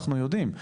אנחנו יודעים.